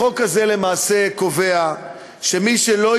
החוק הזה קובע שמי שלא